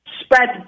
spread